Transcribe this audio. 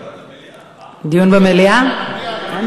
למליאה.